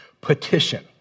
petition